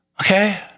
Okay